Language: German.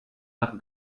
nach